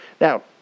Now